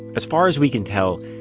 as far as we can tell,